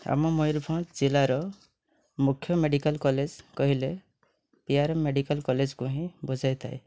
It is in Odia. ଆମ ମୟୂରଭଞ୍ଜ ଜିଲ୍ଲାର ମୁଖ୍ୟ ମେଡ଼ିକାଲ୍ କଲେଜ୍ କହିଲେ ପି ଆର୍ ମେଡ଼ିକାଲ୍ କଲେଜ୍କୁ ହିଁ ବୁଝାଇଥାଏ